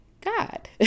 God